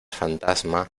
fantasma